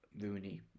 Rooney